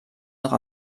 noch